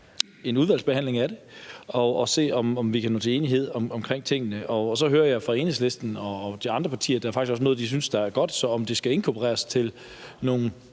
en udvalgsbehandling af det for at se, om vi kan nå til enighed om tingene. Og så hører jeg fra Enhedslisten og de andre partier, at der faktisk også er noget, de synes er godt, så om det skal inkorporeres til nogle